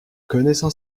connaissant